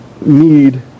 need